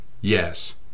Yes